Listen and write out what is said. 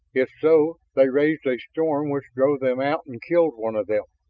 if so, they raised a storm which drove them out and killed one of them.